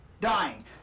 Dying